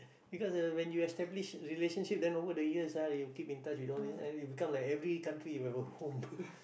because ah when you establish relationship then over the years ah you will keep in touch with all these become like every country you have a home